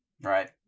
Right